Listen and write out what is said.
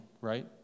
Right